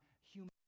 human